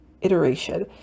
iteration